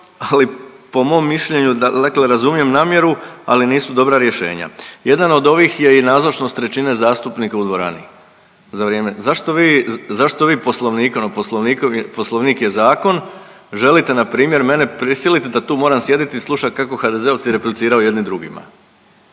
ali po mom mišljenju, dakle razumijem namjeru ali nisu dobra rješenja. Jedan od ovih je i nazočnost trećine zastupnika u dvorani za vrijeme. Zašto vi Poslovnikom, Poslovnik je zakon želite na primjer mene prisiliti da tu moram sjediti i slušati kako HDZ-ovci repliciraju jedni drugima?